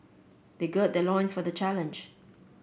they gird their loins for the challenge